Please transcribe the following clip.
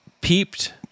peeped